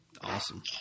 awesome